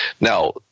Now